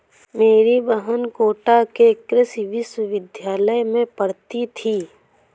मेरी बहन कोटा के कृषि विश्वविद्यालय में पढ़ती थी